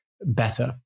better